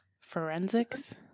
Forensics